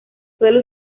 suele